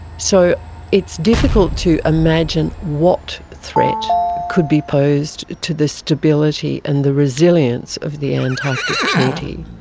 so it's difficult to imagine what threat could be posed to the stability and the resilience of the antarctic treaty,